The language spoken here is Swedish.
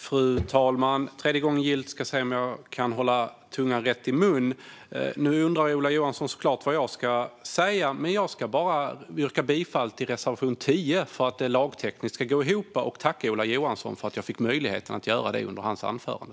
Fru talman! Tredje gången gillt - jag ska se om jag kan hålla tungan rätt i mun. Nu undrar Ola Johansson såklart vad jag ska säga. Jag ska bara yrka bifall till reservation 10, för att det lagtekniskt ska gå ihop, och tacka Ola Johansson för att jag fick möjlighet att göra detta under hans anförande.